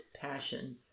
passion